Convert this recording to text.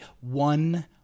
one